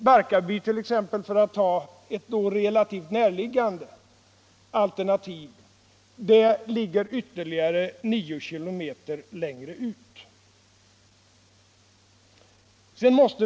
Barkarby, för att nämna ett relativt närliggande alternativ, ligger ytterligare 9 km längre ut.